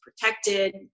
protected